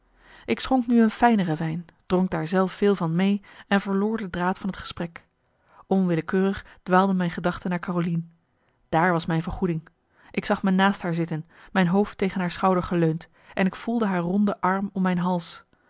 ik schonk nu een fijnere wijn dronk daar zelf veel van mee en verloor de draad van het gesprek onwillekeurig dwaalden mijn gedachten naar carolien daar was mijn vergoeding ik zag me naast haar zitten mijn hoofd tegen haar schouder geleund en ik voelde haar ronde arm om mijn hals